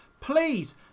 Please